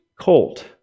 colt